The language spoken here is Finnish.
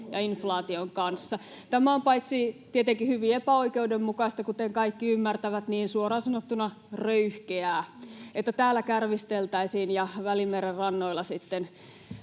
ei pidä paikkaansa!] Tämä on paitsi tietenkin hyvin epäoikeudenmukaista, kuten kaikki ymmärtävät, myös suoraan sanottuna röyhkeää — että täällä kärvisteltäisiin ja Välimeren rannoilla sitten